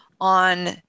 on